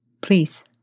Please